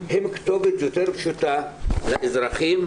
הן כתובת יותר פשוטה לאזרחים,